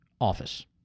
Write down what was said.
office